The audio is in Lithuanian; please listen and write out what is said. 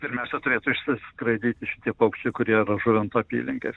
pirmiausia turėtų skraidyti iš tie paukščiai kurie žuvinto apylinkes